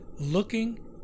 Looking